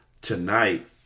tonight